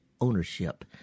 ownership